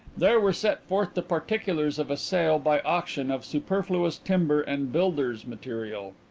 there were set forth the particulars of a sale by auction of superfluous timber and builders' material.